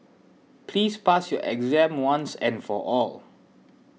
please pass your exam once and for all